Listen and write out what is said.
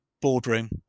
boardroom